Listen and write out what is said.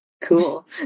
Cool